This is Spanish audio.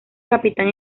capitán